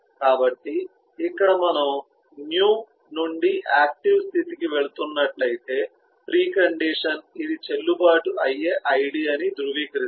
కాబట్టి ఇక్కడ మనము న్యూ నుండి ఆక్టివ్ స్థితికి వెళుతున్నట్లయితే ప్రీ కండిషన్ ఇది చెల్లుబాటు అయ్యే ఐడి అని ధృవీకరిస్తుంది